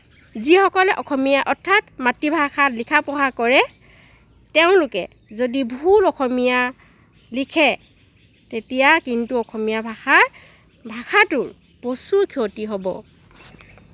যিসকলে অসমীয়া অৰ্থাৎ মাতৃভাষাত লিখা পঢ়া কৰে তেওঁলোকে যদি ভুল অসমীয়া লিখে তেতিয়া কিন্তু অসমীয়া ভাষাৰ ভাষটোৰ প্ৰচুৰ ক্ষতি হ'ব